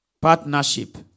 Partnership